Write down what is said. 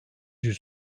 yüz